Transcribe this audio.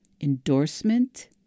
endorsement